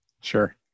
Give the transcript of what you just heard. Sure